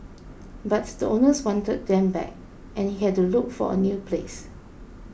but the owners wanted them back and he had to look for a new place